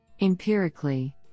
Empirically